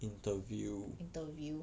interview